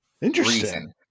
Interesting